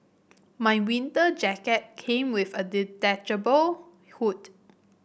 my winter jacket came with a detachable hood